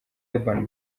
urban